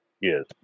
Yes